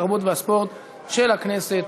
התרבות והספורט של הכנסת),